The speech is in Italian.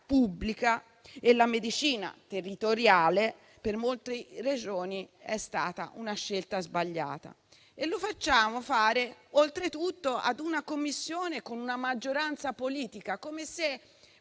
pubblica e la medicina territoriale per molte Regioni è stata una scelta sbagliata. E lo facciamo fare oltretutto a una Commissione con una maggioranza politica, come se